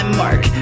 mark